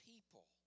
People